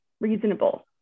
reasonable